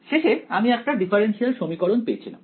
শেষে আমি একটি ডিফারেনশিয়াল সমীকরণ পেয়েছিলাম